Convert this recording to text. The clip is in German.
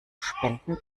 spenden